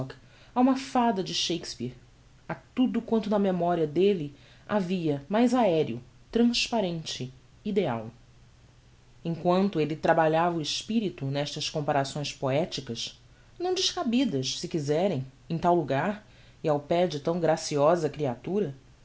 a uma fada de shakespeare a tudo quanto na memoria delle havia mais aereo transparente ideial em quanto elle trabalhava o espirito nestas comparações poeticas não descabidas se quizerem em tal lugar e ao pé de tão graciosa creatura